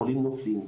החולים נופלים,